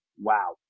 wow